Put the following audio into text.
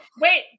wait